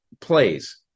plays